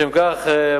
לשם כך,